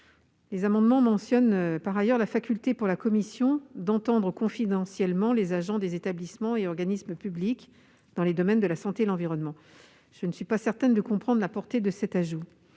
Les amendements mentionnent par ailleurs la faculté pour elle d'entendre confidentiellement les agents des établissements et organismes publics dans les domaines de la santé et de l'environnement. Je ne suis pas certaine de comprendre la portée de cet ajout.